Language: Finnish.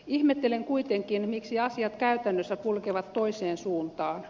ihmettelen kuitenkin miksi asiat käytännössä kulkevat toiseen suuntaan